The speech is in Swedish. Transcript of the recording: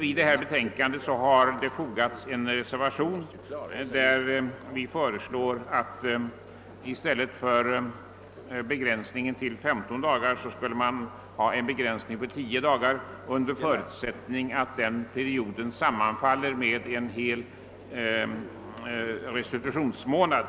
I den reservation som fogats till betänkandet föreslås en begränsning till tio dagar i stället för till 15 dagar enligt propositionsförslaget. En förutsättning skall vara att perioden sammanfaller med hel restitutionsmånad.